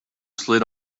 slid